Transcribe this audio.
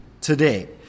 today